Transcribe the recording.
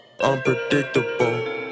unpredictable